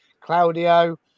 Claudio